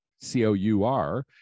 C-O-U-R